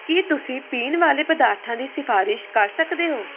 ਕੀ ਤੁਸੀ ਪੀਣ ਵਾਲੇ ਪਦਾਰਥਾਂ ਦੀ ਸਿਫਾਰਿਸ਼ ਕਰ ਸਕਦੇ ਹੋ